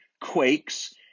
quakes